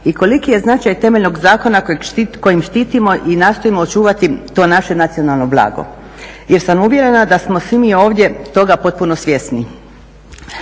i koliki je značaj temeljnog zakona kojim štitimo i nastojimo očuvati to naše nacionalno blago jer sam uvjerena sa smo svi mi ovdje toga potpuno svjesni.